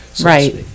Right